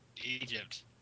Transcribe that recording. Egypt